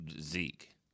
Zeke